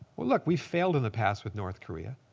well, look, we failed in the past with north korea.